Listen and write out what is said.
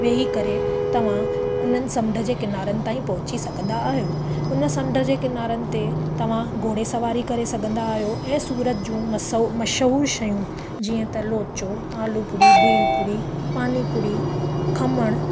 वेही करे तव्हां उन्हनि समुंड जे किनारनि ताईं पहुंची सघंदा आयो उन समुंड जे किनारनि ते तव्हां घोड़े सवारी करे सघंदा आयो ऐं सूरत जूं मशहूर शयूं जीअं त लोचो आलू पूरी भेल पूरी पानी पूरी खमण